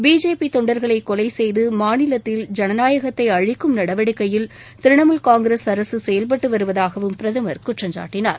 BJP தொண்டர்களை கொலை செய்து மாநிலத்தில் ஜனநாயகத்தை அழிக்கும் நடவடிக்கையில் திரிணமூல் காங்கிரஸ் அரசு செயவ்பட்டு வருவதாகவும் பிரதமர் குற்றம் காட்டினார்